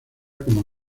como